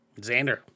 Xander